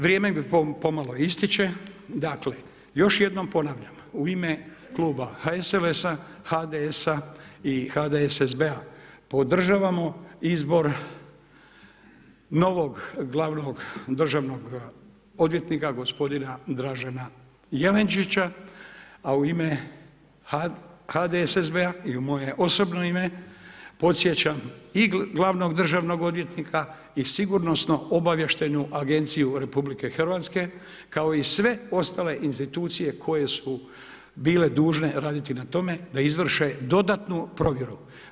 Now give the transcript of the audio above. Vrijeme pomalo ističe, dakle, još jednom ponavljam, u ime Kluba HSLS-a, HDS-a i HDSSB-a, podržavamo izbor novog glavnog državnog odvjetnika gospodina Dražena Jelenčića, a u ime HDSSB-a i u moje osobno ime podsjećam i glavnog državnog odvjetnika i Sigurnosno-obavještajnu agenciju RH, kao i sve ostale institucije koje su bile dužne raditi na tome da izvrše dodatnu provjeru.